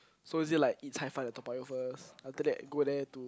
so is it like eat cai-fan at Toa-Payoh first after that go there to